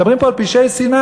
מדברים פה על פשעי שנאה,